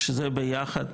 שזה ביחד,